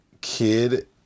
Kid